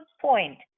point